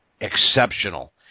exceptional